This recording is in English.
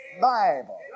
Bible